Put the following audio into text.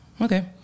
Okay